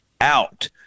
out